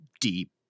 deep